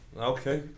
Okay